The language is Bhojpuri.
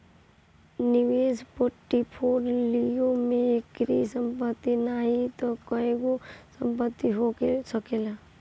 निवेश पोर्टफोलियो में एकही संपत्ति नाही तअ कईगो संपत्ति हो सकेला